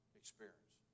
experience